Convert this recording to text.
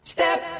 Step